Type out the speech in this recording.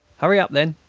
hurry up, then.